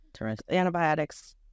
Antibiotics